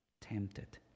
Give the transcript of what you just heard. tempted